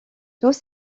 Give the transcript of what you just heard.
tous